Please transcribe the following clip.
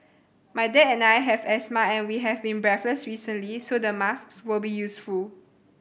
my dad and I have asthma and we have been breathless recently so the masks will be useful